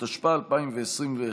התשפ"א 2021,